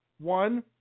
One